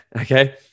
Okay